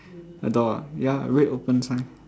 a door ah ya a red open sign